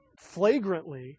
flagrantly